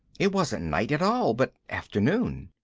it wasn't night at all, but afternoon.